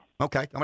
Okay